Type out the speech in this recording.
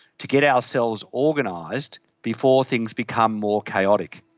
to get ourselves organised before things become more chaotic,